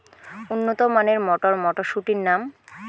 উন্নত মানের মটর মটরশুটির নাম?